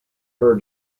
her